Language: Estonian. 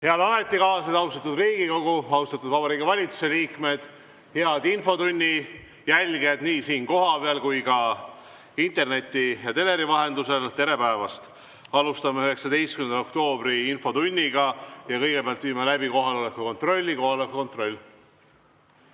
Head ametikaaslased! Austatud Riigikogu! Austatud Vabariigi Valitsuse liikmed! Head infotunni jälgijad nii siin kohapeal kui ka interneti ja teleri vahendusel! Tere päevast! Alustame 19. oktoobri infotundi ja kõigepealt viime läbi kohaloleku kontrolli. Kohaloleku kontroll.